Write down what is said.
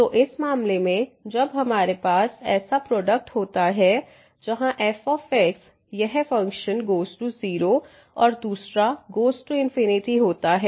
तो इस मामले में जब हमारे पास ऐसा प्रोडक्ट होता है जहां f यह फ़ंक्शन गोज़ टू 0 और दूसरा गोज़ टू होता है